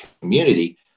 community